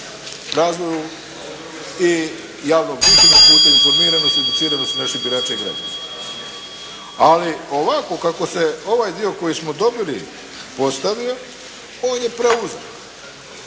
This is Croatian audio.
razumije./ … informiranosti i educiranosti naših birača i građana. Ali ovako kako se ovaj dio koji smo dobili postavio on je preuzak.